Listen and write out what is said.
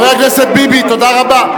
חבר הכנסת ביבי, תודה רבה.